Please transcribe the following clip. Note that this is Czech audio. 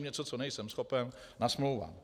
Něco, co nejsem schopen, nasmlouvám.